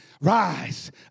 rise